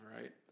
right